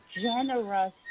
generous